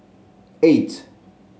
eight